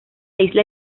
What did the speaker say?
isla